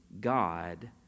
God